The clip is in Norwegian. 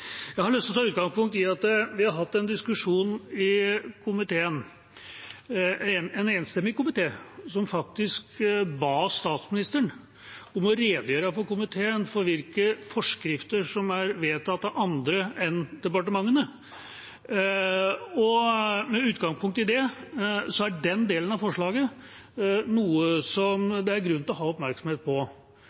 Jeg har lyst til å ta utgangspunkt i at etter en diskusjon i komiteen ba en enstemmig komité statsministeren om å redegjøre for hvilke forskrifter som er vedtatt av andre enn departementene. Med utgangspunkt i det er den delen av forslaget noe det er grunn til å ha oppmerksomhet på,